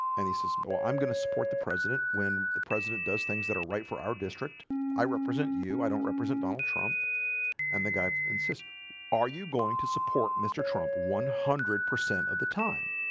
and he says well, i'm gonna support the president when the president does things that are right for our district i represent you i don't represent donald trump and the guy and says are you going to support mr. trump? one hundred percent of the time